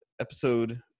episode